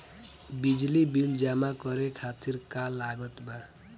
बिजली बिल जमा करे खातिर का का लागत बा?